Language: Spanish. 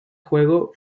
juego